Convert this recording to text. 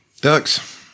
Ducks